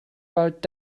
bald